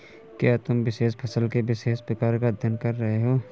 क्या तुम विशेष फसल के विशेष प्रकार का अध्ययन कर रहे हो?